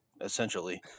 essentially